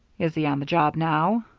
is he on the job now?